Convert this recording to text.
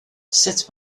sut